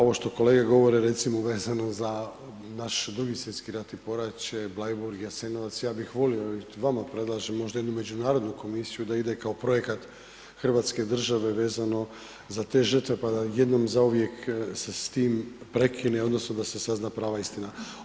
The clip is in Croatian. Ovo što kolege govore recimo vezano za naš Drugi svjetski rat i poraće, Bleiburg, Jasenovac, ja bih volio i vama predlažem možda jednu međunarodnu komisiju, da ide kao projekat hrvatske države vezano za te žrtve, pa da jednom zauvijek se s tim prekine odnosno da se sazna prava istina.